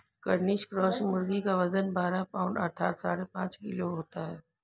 Cornish cross मुर्गी का वजन बारह पाउण्ड अर्थात साढ़े पाँच किलो होता है